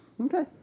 okay